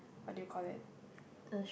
what do you call that